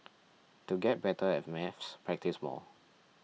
to get better at maths practise more